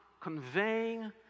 conveying